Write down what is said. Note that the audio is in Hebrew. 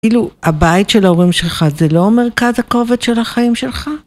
כאילו הבית של ההורים שלך זה לא מרכז הכובד של החיים שלך?